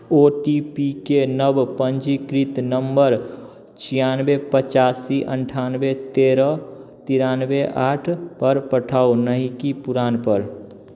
ओ T P के नव पंजीकृत नम्बर छियानबे पचासी अनठानबे तेरह तिरानबे आठ पर पठाउ नहि कि पुरान पर